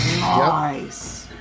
Nice